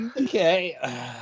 okay